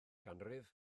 ganrif